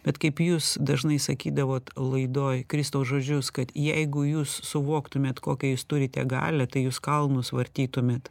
bet kaip jūs dažnai sakydavot laidoj kristaus žodžius kad jeigu jūs suvoktumėt kokią jūs turite galią tai jūs kalnus vartytumėt